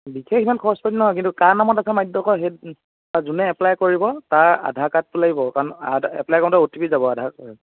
বিশেষ সিমান খৰচ পাতি নহয় কিন্তু কাৰ নামত আছে মাটিডোখৰ সেই যোনে এপ্লাই কৰিব তাৰ আধাৰ কাৰ্ডটোও লাগিব কাৰণ এপ্লাই কৰোতে অ টি পি যাব আধাৰ কাৰ্ড